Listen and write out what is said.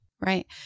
Right